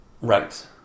Right